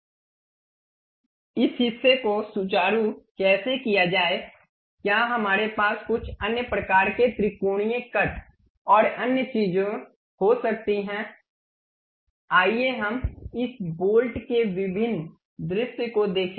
Let us look at different views of this bolt So the first thing what we will do is look at the isometric view If it is a construction one we can remove that So this is the way isometric view looks like आइए हम इस bolt के विभिन्न दृश्य को देखें